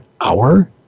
hour